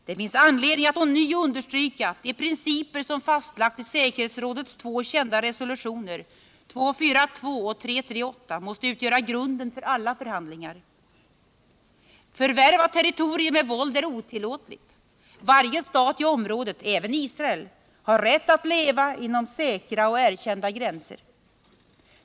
Det finns anledning att ånyo understryka att de principer som fastlagts i säkerhetsrådets två kända resolutioner 242 och 338 måste utgöra grunden för alla förhandlingar. Förvärv av territorier med våld är otillåtligt. Varje stat i området, även Israel, har rätt att leva inom säkra och erkända gränser.